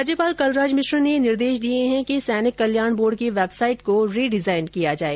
राज्यपाल कलराज मिश्र ने निर्देश दिए है कि सैनिक कल्याण बोर्ड की वेबसाईट को रीडिजाईन किया जाये